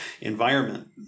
environment